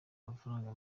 amafaranga